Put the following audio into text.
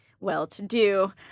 well-to-do